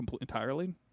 entirely